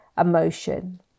emotion